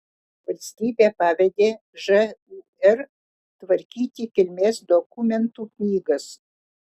valstybė pavedė žūr tvarkyti kilmės dokumentų knygas